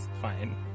fine